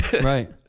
Right